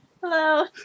Hello